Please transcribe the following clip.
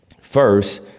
First